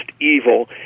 evil